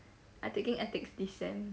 I taking ethics this sem